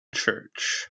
church